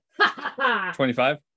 25